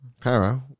Para